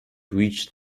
reached